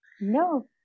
No